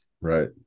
Right